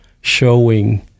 showing